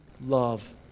love